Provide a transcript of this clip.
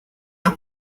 are